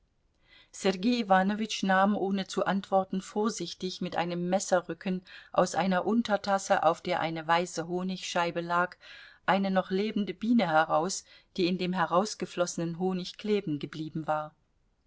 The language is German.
sergei iwanowitsch nahm ohne zu antworten vorsichtig mit einem messerrücken aus einer untertasse auf der eine weiße honigscheibe lag eine noch lebende biene heraus die in dem herausgeflossenen honig klebengeblieben war